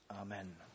Amen